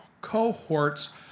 cohorts